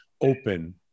open